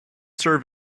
serve